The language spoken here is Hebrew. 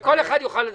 וכל אחד יוכל לדבר.